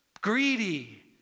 greedy